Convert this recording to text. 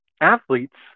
athletes